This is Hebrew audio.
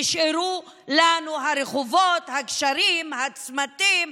נשארו לנו הרחובות, הגשרים, הצמתים,